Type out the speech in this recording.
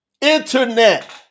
Internet